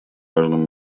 важном